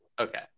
okay